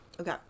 Okay